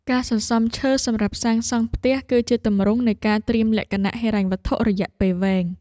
ការសន្សំឈើសម្រាប់សាងសង់ផ្ទះ គឺជាទម្រង់នៃការត្រៀមលក្ខណៈហិរញ្ញវត្ថុរយៈពេលវែង។